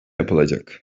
yapılacak